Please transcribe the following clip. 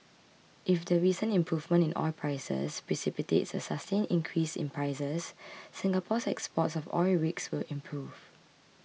if the recent improvement in oil prices precipitates a sustained increase in prices Singapore's exports of oil rigs will improve